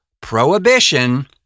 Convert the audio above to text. prohibition